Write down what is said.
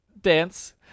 dance